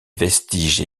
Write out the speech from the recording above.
vestiges